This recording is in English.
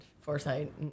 foresight